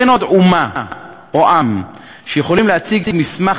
אין עוד אומה או עם שיכולים להציג מסמך